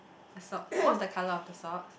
a socks what's the colour of the socks